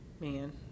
Man